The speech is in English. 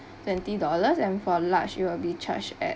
twenty dollars and for large you'll be charged at